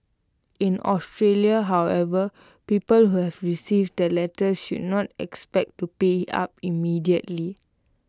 in Australia however people who have received the letters should not expect to pay up immediately